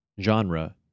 Genre